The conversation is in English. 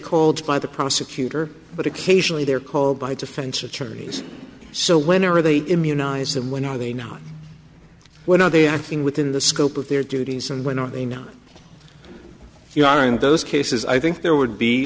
called by the prosecutor but occasionally they're called by defense attorneys so whenever they immunize them when are they not when are they acting within the scope of their duties and when are they not if you are in those cases i think there would be